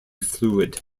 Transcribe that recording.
fluid